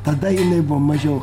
tada jinai buvo mažiau